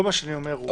כל מה שאני אומר הוא